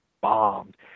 bombed